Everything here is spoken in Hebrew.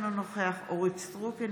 אינו נוכח אורית מלכה סטרוק,